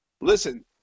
listen